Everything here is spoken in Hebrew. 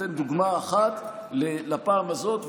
אני אתן דוגמה אחת לפעם הזאת,